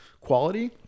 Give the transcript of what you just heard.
quality